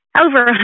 over